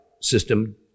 system